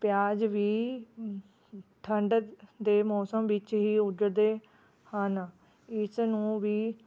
ਪਿਆਜ਼ ਵੀ ਠੰਡ ਦੇ ਮੌਸਮ ਵਿੱਚ ਹੀ ਉੱਗਦੇ ਹਨ ਇਸਨੂੰ ਵੀ